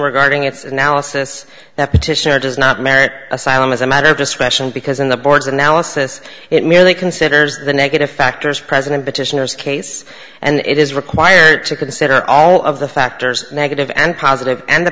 regarding its analysis that petitioner does not merit asylum as a matter of discretion because in the board's analysis it merely considers the negative factors president petitioners case and it is required to consider all of the factors negative and positive and the